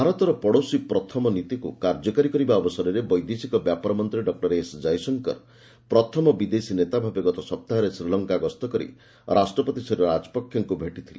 ଭାରତର 'ପଡ଼ୋଶୀ ପ୍ରଥମ ନୀତି'କୁ କାର୍ଯ୍ୟକାରୀ କରିବା ଅବସରରେ ବୈଦେଶିକ ବ୍ୟାପାର ମନ୍ତ୍ରୀ ଡକ୍ଟର ଏସ୍ କୟଶଙ୍କର ପ୍ରଥମ ବିଦେଶୀ ନେତା ଭାବେ ଗତ ସପ୍ତାହରେ ଶ୍ରୀଲଙ୍କା ଗସ୍ତ କରି ରାଷ୍ଟ୍ରପତି ଶ୍ରୀ ରାଜପକ୍ଷେଙ୍କ ଭେଟିଥିଲେ